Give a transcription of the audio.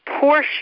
portion